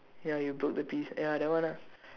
ya you broke the piece ya that one ah